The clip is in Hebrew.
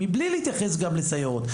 מבלי להתייחס גם לסייעות,